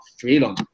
freedom